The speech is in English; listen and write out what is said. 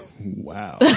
Wow